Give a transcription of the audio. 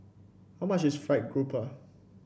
how much is fried grouper